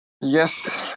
yes